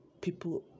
people